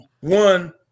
One